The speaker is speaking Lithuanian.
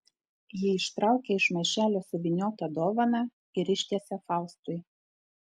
ji ištraukia iš maišelio suvyniotą dovaną ir ištiesia faustui